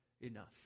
enough